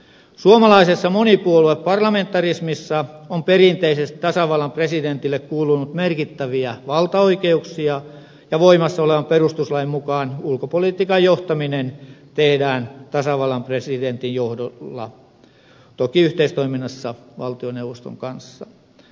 suomalaisessa monipuolueparlamentarismissa on perinteisesti tasavallan presidentille kuulunut merkittäviä valtaoikeuksia ja voimassa olevan perustuslain mukaan ulkopolitiikan johtaminen tehdään tasavallan presidentin johdolla toki yhteistoiminnassa valtioneuvoston kanssa